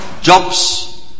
jobs